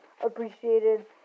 appreciated